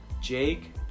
Jake